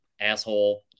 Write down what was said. asshole